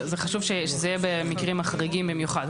זה חשוב שזה יהיה במקרים החריגים במיוחד,